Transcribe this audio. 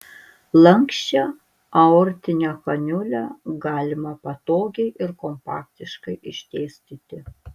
lanksčią aortinę kaniulę galima patogiai ir kompaktiškai išdėstyti